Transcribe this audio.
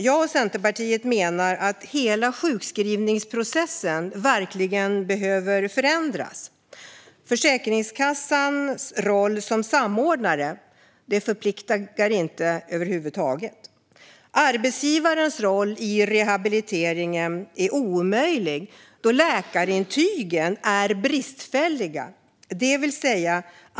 Jag och Centerpartiet menar att hela sjukskrivningsprocessen behöver förändras. Försäkringskassans roll som samordnare förpliktar inte över huvud taget. Arbetsgivarens roll i rehabiliteringen är omöjlig, då läkarintygen är bristfälliga.